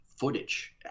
Footage